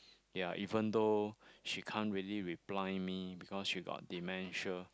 ya even though she can't really reply me because she got dementia